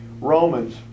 Romans